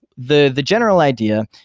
the the general idea,